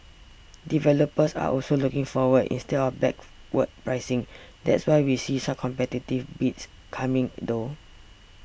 developers are also looking forward instead of backward pricing that's why we see such competitive bids coming though